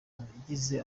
yagize